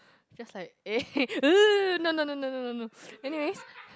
just like [ehe] !er! no no no no no no no anyways